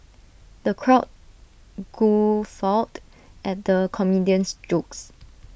the crowd guffawed at the comedian's jokes